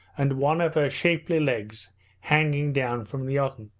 and one of her shapely legs hanging down from the oven.